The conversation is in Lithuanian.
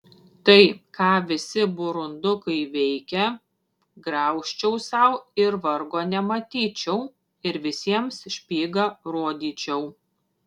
tai ką visi burundukai veikia graužčiau sau ir vargo nematyčiau ir visiems špygą rodyčiau